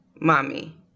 mommy